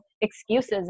excuses